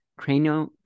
cranio